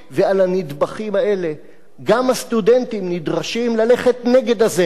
ועל הנדבכים האלה גם הסטודנטים נדרשים ללכת נגד הזרם